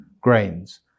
grains